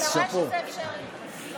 אז שאפו.